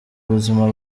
buzima